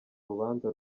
rubanza